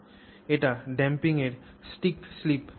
এটি ড্যাম্পিং এর stick slip প্রক্রিয়া